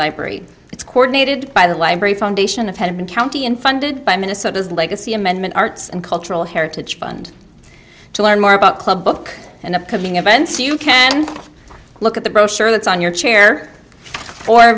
library it's coronated by the library foundation of heaven county and funded by minnesota's legacy amendment arts and cultural heritage fund to learn more about club book and upcoming events you can look at the brochure that's on your chair or